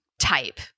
type